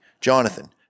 Jonathan